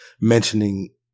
mentioning